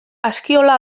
askiola